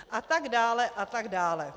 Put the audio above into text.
A tak dále, a tak dále.